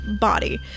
body